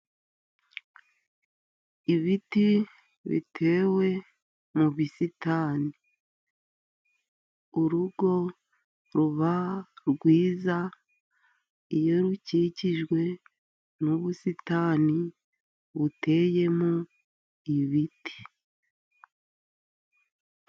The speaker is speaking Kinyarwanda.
Ibiti bitewe mu busitani. Urugo ruba rwiza iyo rukikijwe n'ubusitani buteyemo ibiti.